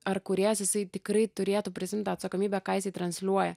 ar kūrėjas jisai tikrai turėtų prisiimt tą atsakomybę ką jisai transliuoja